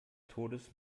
todes